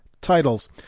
titles